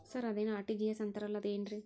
Sir ಅದೇನು RTGS ಅಂತಾರಲಾ ಅದು ಏನ್ರಿ?